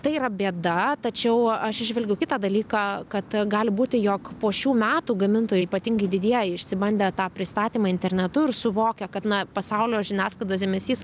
tai yra bėda tačiau aš įžvelgiu kitą dalyką kad gali būti jog po šių metų gamintojai ypatingai didieji išsibandę tą pristatymą internetu ir suvokę kad na pasaulio žiniasklaidos dėmesys